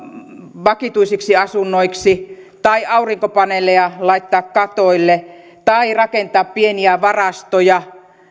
vakituisiksi asunnoiksi tai aurinkopaneeleja laittaa katoille tai rakentaa pieniä varastoja